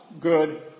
good